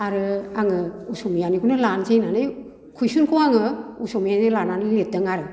आरो आङो असमियानिखौनो लानोसै होननानै कुइसनखौ आङो असमियानि लानानै लिरदों आरो